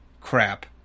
crap